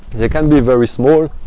they can be very small.